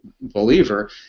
believer